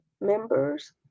members